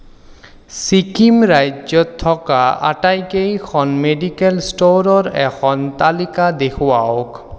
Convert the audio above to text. ছিকিম ৰাজ্যত থকা আটাইকেইখন মেডিকেল ষ্ট'ৰৰ এখন তালিকা দেখুৱাওক